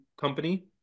company